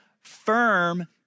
firm